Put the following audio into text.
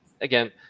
again